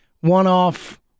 one-off